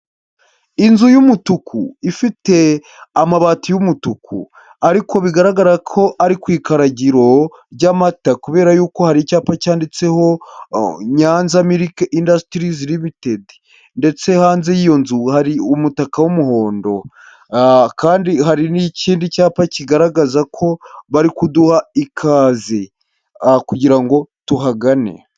Inzu y'umutuku ifite amabati y'umutuku ariko bigaragara ko ari ku ikaragiro ry'amata kubera yuko hari icyapa cyanditseho Nyanza mirike indasitirizi rimitedi ndetse hanze y'iyo nzu hari umutaka w'umuhondo kandi hari n'ikindi cyapa kigaragaza ko bari kuduha ikaze kugira ngo tuhagane.